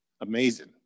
amazing